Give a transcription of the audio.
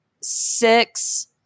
six